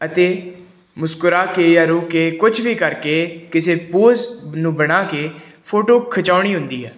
ਅਤੇ ਮੁਸਕਰਾ ਕੇ ਜਾਂ ਰੋ ਕੇ ਕੁਛ ਵੀ ਕਰਕੇ ਕਿਸੇ ਪੋਜ਼ ਨੂੰ ਬਣਾ ਕੇ ਫੋਟੋ ਖਿਚਾਉਣੀ ਹੁੰਦੀ ਆ